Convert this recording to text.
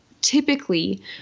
typically